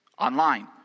Online